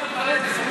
ההתנתקות אחרי זה.